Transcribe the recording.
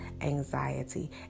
anxiety